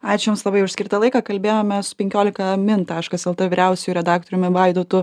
ačiū jums labai už skirtą laiką kalbėjomės su penkiolika min taškas eltė vyriausiuoju redaktoriumi vaidotu